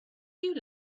you